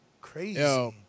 Crazy